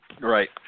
Right